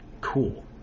cool